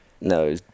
No